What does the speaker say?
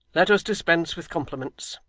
let us dispense with compliments.